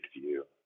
view